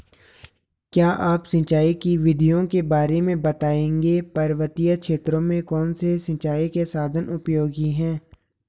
क्या आप सिंचाई की विधियों के बारे में बताएंगे पर्वतीय क्षेत्रों में कौन से सिंचाई के साधन उपयोगी हैं?